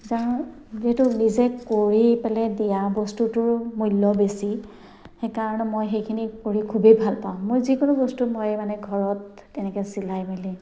যিহেতু নিজে কৰি পেলাই দিয়া বস্তুটোৰ মূল্য বেছি সেইকাৰণে মই সেইখিনি কৰি খুবেই ভাল পাওঁ মই যিকোনো বস্তু মই মানে ঘৰত তেনেকে চিলাই মেলি